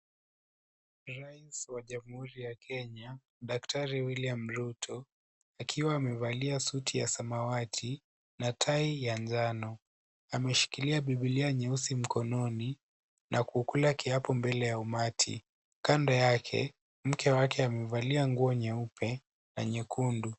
Rais wa jamhuri ya Kenya daktari William Ruto akiwa amevalia suti ya samawati na tai ya njano. Ameshikilia bibilia nyeusi mkononi na kukula kiapo mbele ya umati. Kando yake mke wake amevalia nguo nyeupe na nyekundu.